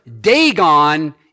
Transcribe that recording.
Dagon